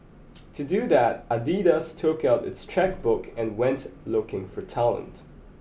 to do that Adidas took out its chequebook and went looking for talent